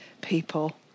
people